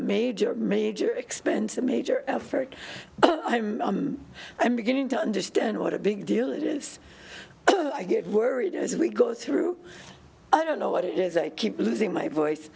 major major expense and major effort i'm i'm beginning to understand what a big deal it is i get worried as we go through i don't know what it is i keep losing my voice